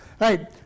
Right